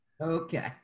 Okay